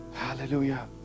hallelujah